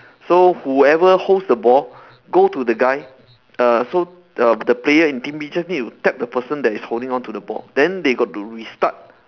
so whoever holds the ball go to the guy err so the the player in team B just need to tap the person that is holding on to the ball then they got to restart